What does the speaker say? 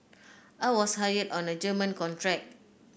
I was hired on a German contract